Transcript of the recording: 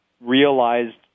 realized